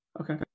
Okay